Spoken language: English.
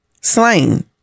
slain